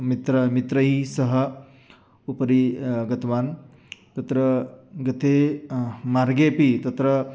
मित्रं मित्रैः सह उपरि गतवान् तत्र गते मार्गेपि तत्र